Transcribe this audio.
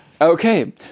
Okay